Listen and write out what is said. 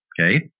okay